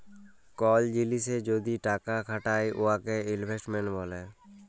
call জিলিসে যদি টাকা খাটায় উয়াকে ইলভেস্টমেল্ট ব্যলে